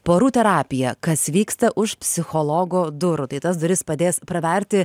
porų terapiją kas vyksta už psichologo durų tai tas duris padės praverti